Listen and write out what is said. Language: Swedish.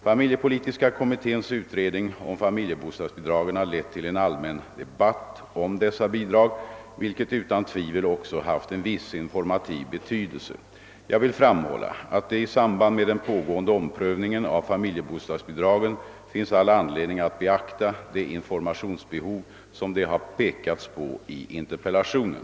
Familjepolitiska kommitténs utredning om familjebostadsbidragen har lett till en allmän debatt om dessa bidrag, vilken utan tvivel också haft en viss informativ betydelse. Jag vill framhålla att det i samband med den pågående omprövningen av familjebostadsbidragen finns all anledning att beakta det informationsbehov som det har pekats på i interpellationen.